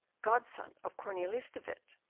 godson of cornelius de witt,